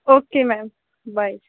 okay ma'am bye